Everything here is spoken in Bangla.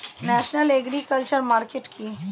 ন্যাশনাল এগ্রিকালচার মার্কেট কি?